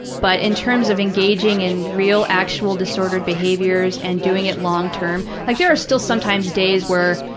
but in terms of engaging in real, actual disordered behaviors and doing it long term, like there are still sometimes days where,